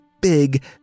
big